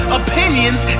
opinions